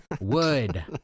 Wood